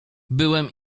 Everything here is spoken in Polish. byłem